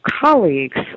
Colleagues